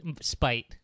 Spite